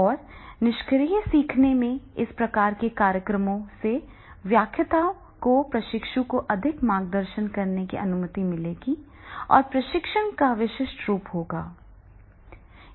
और निष्क्रिय सीखने में इस प्रकार के कार्यक्रमों से व्याख्याताओं को प्रशिक्षु को अधिक मार्गदर्शन करने की अनुमति मिलेगी और प्रशिक्षण का विशिष्ट रूप होगा